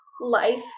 life